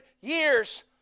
years